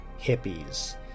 Hippies